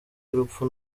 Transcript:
y’urupfu